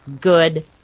good